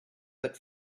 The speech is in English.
but